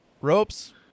ropes